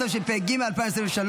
התשפ"ג 2023,